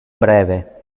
breve